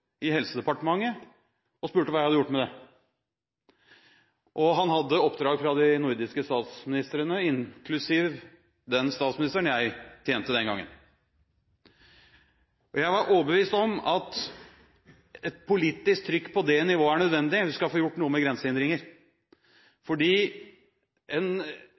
i Helsedepartementet og spurte hva jeg hadde gjort med det – han hadde dette i oppdrag fra de nordiske statsministrene, inklusiv den statsministeren jeg tjente den gangen. Jeg er overbevist om at et politisk trykk på dette nivået er nødvendig hvis man skal få gjort noe med grensehindringer,